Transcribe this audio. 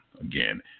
again